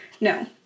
No